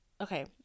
Okay